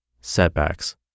setbacks